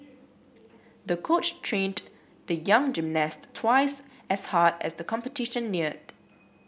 the coach trained the young gymnast twice as hard as the competition neared